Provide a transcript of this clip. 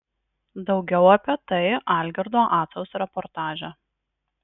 daugiau apie tai algirdo acaus reportaže